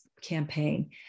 campaign